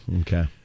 Okay